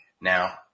Now